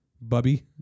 Bubby